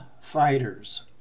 Fighters